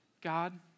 God